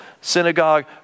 synagogue